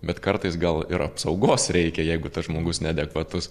bet kartais gal ir apsaugos reikia jeigu tas žmogus neadekvatus